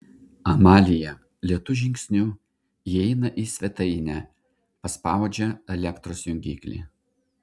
amalija lėtu žingsniu įeina į svetainę paspaudžia elektros jungiklį